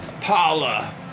Paula